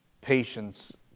Patience